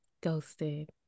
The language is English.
Ghosted